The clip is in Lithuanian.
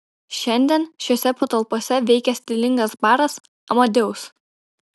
šiandien šiose patalpose veikia stilingas baras amadeus